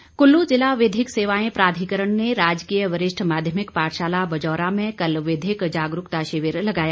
विधिक शिविर कुल्लू जिला विधिक सेवाएं प्राधिकरण ने राजकीय वरिष्ठ माध्यमिक पाठशाला बजौरा में कल विधिक जागरूकता शिविर लगाया